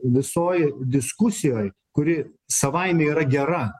visoj diskusijoj kuri savaime yra gera